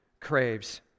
craves